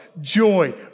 joy